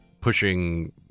pushing